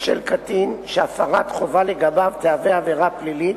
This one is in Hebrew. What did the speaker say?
של קטין שהפרת חובה לגביו תהווה עבירה פלילית,